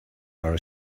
our